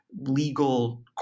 legal